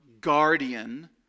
guardian